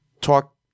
talk